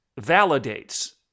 validates